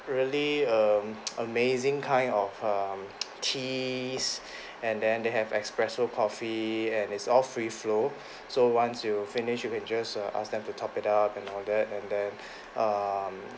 really um amazing kind of um cheese and then they have espresso coffee and it's all free flow so once you finish you can just err ask them to top it up and all that and then um